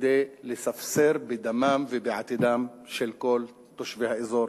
כדי לספסר בדמם ובעתידם של כל תושבי האזור,